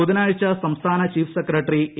ബുധനാഴ്ച സംസ്ഥാന chief secretary A